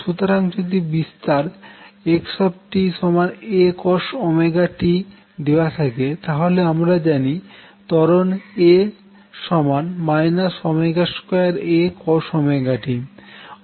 সুতরাং যদি বিস্তার x A cost দেওয়া থাকে তাহলে আমরা জানি ত্বরণ a 2 A cost